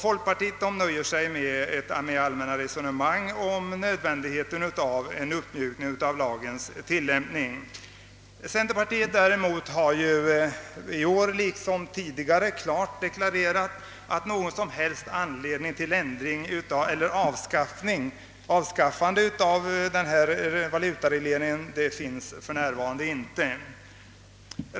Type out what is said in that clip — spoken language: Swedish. Folkpartiet nöjer sig med ett allmänt resonemang om nödvändigheten av en uppmjukning av förordningens tillämpning. Centerpartiet däremot har i år liksom tidigare klart deklarerat att någon som helst anledning till ändring eller avskaffande av valutaregleringen för närvarande inte finns.